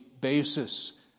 basis